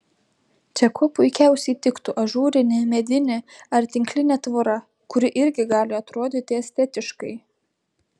čia kuo puikiausiai tiktų ažūrinė medinė ar tinklinė tvora kuri irgi gali atrodyti estetiškai